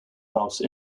house